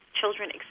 children